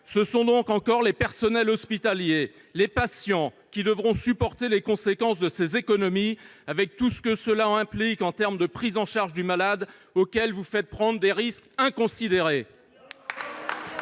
Ce sont donc encore les personnels hospitaliers, les patients qui devront supporter les conséquences de ces économies, avec tout ce que cela implique en termes de prise en charge du malade auquel vous faites prendre des risques inconsidérés.